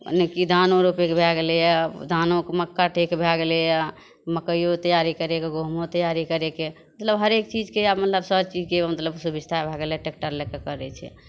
यानि कि धानो रोपैके भए गेलैया धानोके मक्का ठीक भए गेलैया मकइयो तैयारी करै कऽ गहूॅंमो तैयारी करैके मतलब हरेक चीजके आब मतलब हर चीजके मतलब सुविस्ता भए गेलै मतलब टेक्टर लैके करै छियै